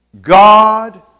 God